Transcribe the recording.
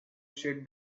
sit